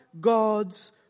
God's